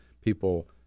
people